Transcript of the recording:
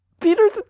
Peter's